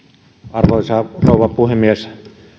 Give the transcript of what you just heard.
arvoisa rouva puhemies